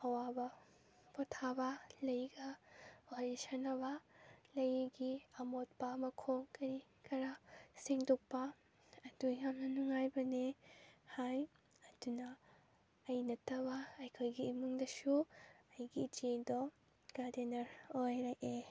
ꯑꯥꯋꯥꯕ ꯄꯣꯊꯥꯕ ꯂꯩꯒ ꯋꯥꯔꯤ ꯁꯥꯟꯅꯕ ꯂꯩꯒꯤ ꯑꯃꯣꯠꯄ ꯃꯈꯣꯡ ꯀꯔꯤ ꯀꯔꯥ ꯁꯦꯡꯗꯣꯛꯄ ꯑꯗꯨ ꯌꯥꯝꯅ ꯅꯨꯡꯉꯥꯏꯕꯅꯤ ꯍꯥꯏ ꯑꯗꯨꯅ ꯑꯩ ꯅꯠꯇꯕ ꯑꯩꯈꯣꯏꯒꯤ ꯏꯃꯨꯡꯗꯁꯨ ꯑꯩꯒꯤ ꯏꯆꯦꯗꯣ ꯒꯥꯔꯗꯦꯅꯔ ꯑꯣꯏꯔꯛꯑꯦ